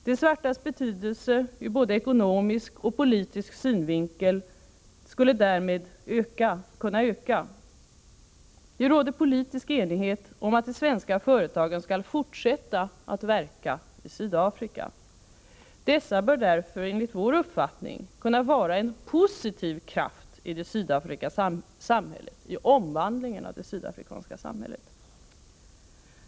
De svartas betydelse ur både ekonomisk och politisk synvinkel skulle därmed kunna öka. Det råder politisk enighet om att de svenska företagen skall fortsätta att verka i Sydafrika. Dessa bör därför, enligt vår uppfattning, kunna vara en positiv kraft i omvandlingen av det sydafrikanska samhället.